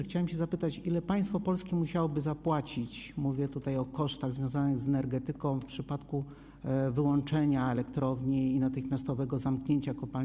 Chciałem zapytać, ile państwo polskie musiałoby zapłacić - mówię tutaj o kosztach związanych z energetyką - w przypadku wyłączenia elektrowni i natychmiastowego zamknięcia kopalni.